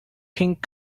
pink